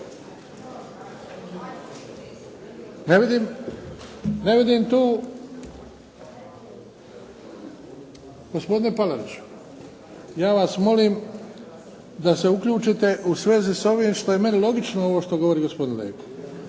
to logika. Gospodine Palariću, ja vas molim da se uključite u svezi sa ovim što je meni logično ovo što govori gospodin Leko